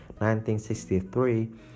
1963